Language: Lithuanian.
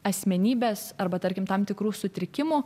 asmenybės arba tarkim tam tikrų sutrikimų